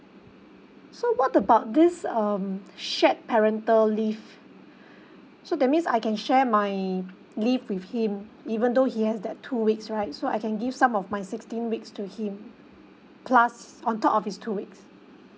so what about this um shared parental leave so that means I can share my leave with him even though he has that two weeks right so I can give some of my sixteen weeks to him plus on top of his two weeks